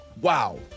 Wow